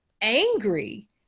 angry